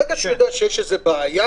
ברגע שהוא יודע שיש איזה בעיה,